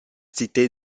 cité